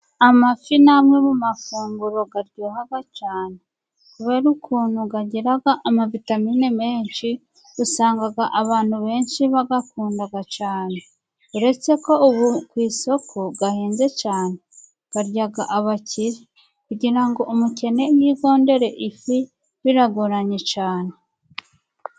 Amafi ni amwe mu mafunguro aryoha cyane, kubera ukuntu agira ama vitamine menshi. Usanga abantu benshi bayakunda cyane, uretse ko ubu ku isoko ahenze cyane, aribwa n'abakire. Kugira ngo umukene yigondere ifi, biragoranye cyane.